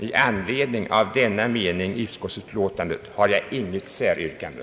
I anledning av denna mening i utskottsutlåtandet har jag inget säryrkande.